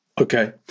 Okay